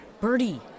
Birdie